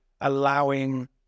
allowing